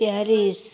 Paris